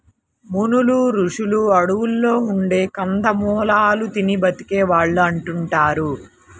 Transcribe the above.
మునులు, రుషులు అడువుల్లో ఉండే కందమూలాలు తిని బతికే వాళ్ళు అంటుంటారు